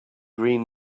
green